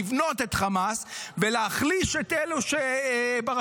לבנות את חמאס ולהחליש את אלו שברשות